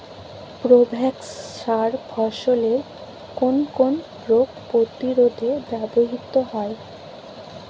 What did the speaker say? Provex সার ফসলের কোন কোন রোগ প্রতিরোধে ব্যবহৃত হয়?